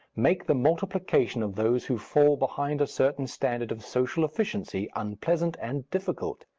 make the multiplication of those who fall behind a certain standard of social efficiency unpleasant and difficult,